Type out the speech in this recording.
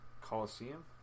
Coliseum